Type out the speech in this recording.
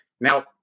Now